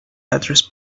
address